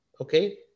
okay